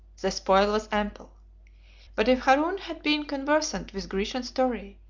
the spoil was ample but if harun had been conversant with grecian story,